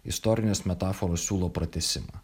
istorinės metaforos siūlo pratęsimą